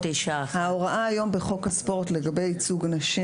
ההוראה היום בחוק הספורט לגבי ייצוג נשים